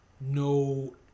no